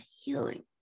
healing